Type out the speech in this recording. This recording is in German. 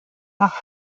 nach